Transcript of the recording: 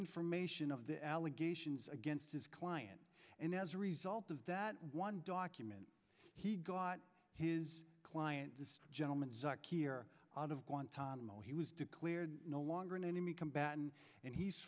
information of the allegations against his client and as a result of that one document he got his client this gentleman here out of guantanamo he was declared no longer an enemy combatant and he